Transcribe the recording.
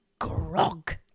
grog